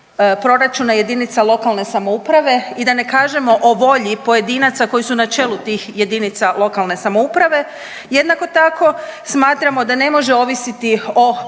proračuna jedinica lokalne samouprave i da ne kažemo o volji pojedinaca koji su na čelu tih jedinica lokalne samouprave. Jednako tako smatramo da ne može ovisiti o